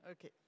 Okay